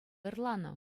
ырланӑ